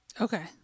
Okay